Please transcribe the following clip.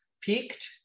peaked